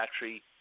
battery